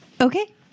Okay